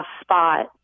spot